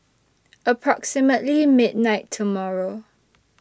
approximately midnight tomorrow